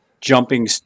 jumping